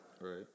Right